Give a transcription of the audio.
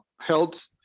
Health